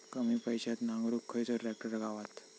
कमी पैशात नांगरुक खयचो ट्रॅक्टर गावात?